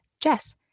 Jess